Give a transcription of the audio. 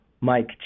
Mike